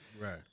Right